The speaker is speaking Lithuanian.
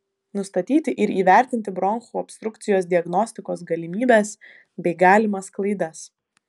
nustatyti ir įvertinti bronchų obstrukcijos diagnostikos galimybes bei galimas klaidas